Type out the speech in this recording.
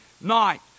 night